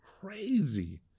crazy